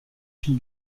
fil